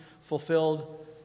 fulfilled